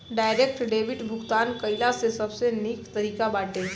direct debit भुगतान कइला से सबसे निक तरीका बाटे